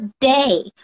day